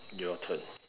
your turn